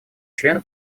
члены